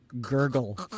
gurgle